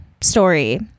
story